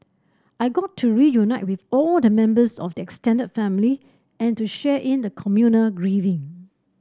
I got to reunite with all the members of the extended family and to share in the communal grieving